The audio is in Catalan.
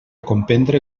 comprendre